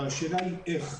אבל השאלה היא איך.